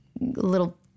little